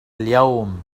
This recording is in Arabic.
اليوم